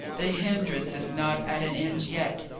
the hindrance is not at an end yet,